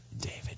David